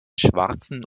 schwarzen